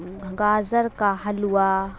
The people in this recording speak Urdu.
گاجر کا حلوہ